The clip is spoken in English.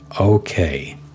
Okay